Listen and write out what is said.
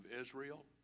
Israel